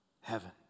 Heaven